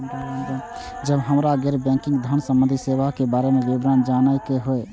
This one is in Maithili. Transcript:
जब हमरा गैर बैंकिंग धान संबंधी सेवा के बारे में विवरण जानय के होय?